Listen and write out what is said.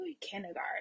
Kindergarten